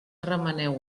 remeneu